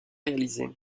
réalisé